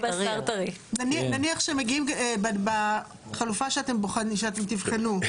נניח שמגיעים בחלופה שאתם תבחנו,